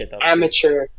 amateur